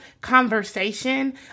conversation